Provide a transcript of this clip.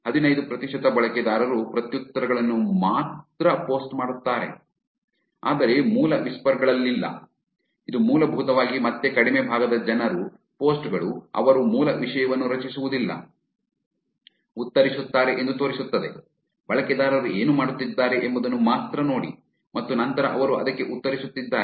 ಹದಿನೈದು ಪ್ರತಿಶತ ಬಳಕೆದಾರರು ಪ್ರತ್ಯುತ್ತರಗಳನ್ನು ಮಾತ್ರ ಪೋಸ್ಟ್ ಮಾಡುತ್ತಾರೆ ಆದರೆ ಮೂಲ ವಿಸ್ಪರ್ ಗಳಿಲ್ಲ ಇದು ಮೂಲಭೂತವಾಗಿ ಮತ್ತೆ ಕಡಿಮೆ ಭಾಗದ ಜನರ ಪೋಸ್ಟ್ ಗಳು ಅವರು ಮೂಲ ವಿಷಯವನ್ನು ರಚಿಸುವುದಿಲ್ಲ ಉತ್ತರಿಸುತ್ತಾರೆ ಎಂದು ತೋರಿಸುತ್ತದೆ ಬಳಕೆದಾರರು ಏನು ಮಾಡುತ್ತಿದ್ದಾರೆ ಎಂಬುದನ್ನು ಮಾತ್ರ ನೋಡಿ ಮತ್ತು ನಂತರ ಅವರು ಅದಕ್ಕೆ ಉತ್ತರಿಸುತ್ತಿದ್ದಾರೆ